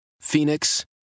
Phoenix